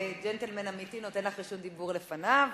ג'נטלמן אמיתי, נותן לך רשות דיבור לפניו.